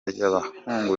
ry’abahungu